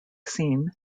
scene